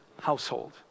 household